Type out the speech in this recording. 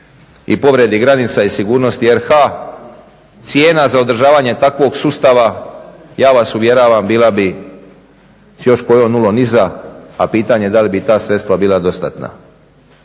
i povredi granica i sigurnosti RH. Cijena za održavanje takvog sustava ja vas uvjeravam bila bi s još kojom nulom iza, a pitanje da li bi ta sredstva bila dostatna.